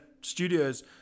studios